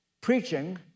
preaching